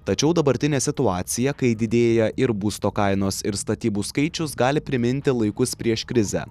tačiau dabartinė situacija kai didėja ir būsto kainos ir statybų skaičius gali priminti laikus prieš krizę